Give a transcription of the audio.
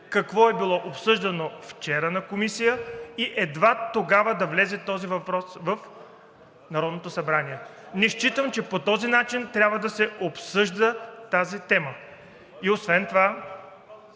какво е било обсъждано вчера на Комисия и едва тогава да влезе този въпрос в Народното събрание. Не считам, че по този начин трябва да се обсъжда тази тема. Освен това,